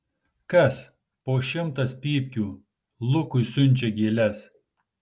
kas po šimtas pypkių lukui siunčia gėles